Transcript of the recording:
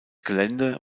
gelände